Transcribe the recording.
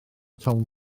tom